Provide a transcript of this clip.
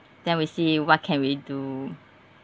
then we see what can we do